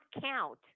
count